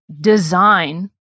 design